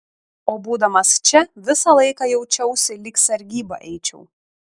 o būdamas čia visą laiką jaučiausi lyg sargybą eičiau